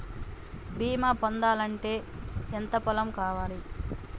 బీమా పొందాలి అంటే ఎంత పొలం కావాలి?